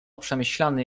przemyślany